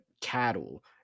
cattle